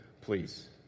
please